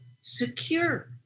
secure